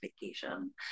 vacation